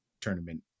tournament